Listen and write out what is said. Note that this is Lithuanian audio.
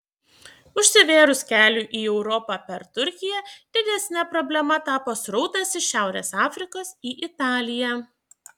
užsivėrus keliui į europą per turkiją didesne problema tapo srautas iš šiaurės afrikos į italiją